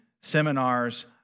seminars